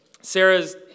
Sarah's